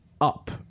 up